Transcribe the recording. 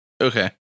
Okay